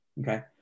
Okay